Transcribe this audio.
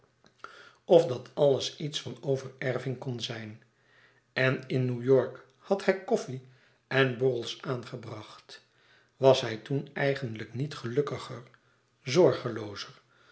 of dat alles iets van overerving kon zijn en in new-york had hij koffie en borrels aangebracht was hij toen eigenlijk niet gelukkiger zorgeloozer